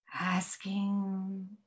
Asking